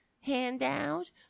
handout